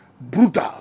Brutal